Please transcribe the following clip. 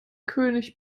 könig